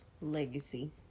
Legacy